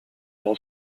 all